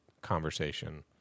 conversation